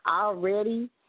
already